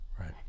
Right